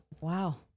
Wow